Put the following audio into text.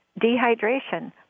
Dehydration